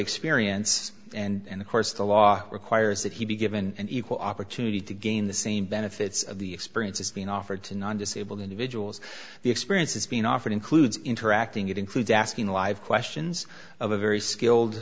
experience and of course the law requires that he be given an equal opportunity to gain the same benefits of the experience is being offered to non disabled individuals the experiences being offered includes interacting it includes asking live questions of a very skilled